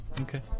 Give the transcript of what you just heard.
Okay